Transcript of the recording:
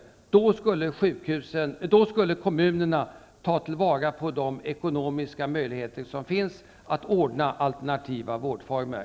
Då skulle kommunerna ta till vara de ekonomiska möjligheter som finns att ordna alternativa vårdformer.